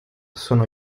sono